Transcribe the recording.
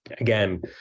again